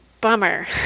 bummer